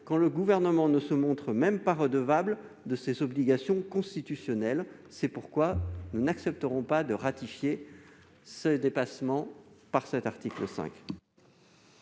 que le Gouvernement daigne se montrer respectueux de ses obligations constitutionnelles. C'est pourquoi nous n'accepterons pas de ratifier ce dépassement en votant cet article 5.